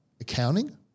accounting